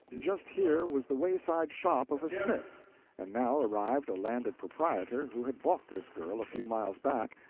just here was the wayside shop of a smith and now arrived a landed proprietor who had bought this girl a few miles back,